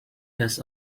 has